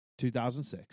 2006